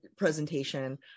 presentation